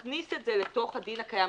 מכניס את זה לתוך הדין הקיים.